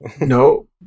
No